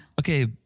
Okay